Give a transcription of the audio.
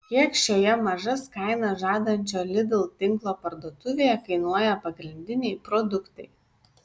kiek šioje mažas kainas žadančio lidl tinklo parduotuvėje kainuoja pagrindiniai produktai